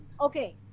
Okay